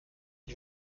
ich